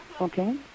Okay